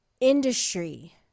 industry